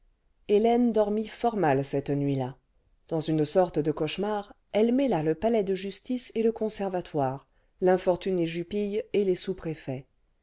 hélène dormit fort mal cette nuit-là dans une sorte de cauchemar elle mêla le palais cle justice et le conservatoire l'infortuné jupille et les sous préfets